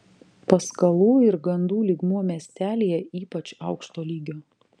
paskalų ir gandų lygmuo miestelyje ypač aukšto lygio